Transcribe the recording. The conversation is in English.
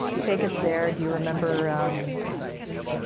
take us there. do you remember um